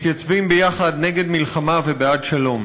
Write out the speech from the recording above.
מתייצבים יחד נגד מלחמה ובעד שלום.